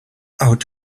out